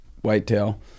whitetail